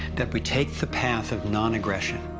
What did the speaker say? that we take the path of non-aggression.